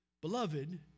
Beloved